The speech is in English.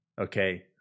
okay